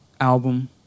album